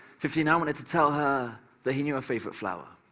fifty nine wanted to tell her that he knew her favorite flower.